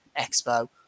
Expo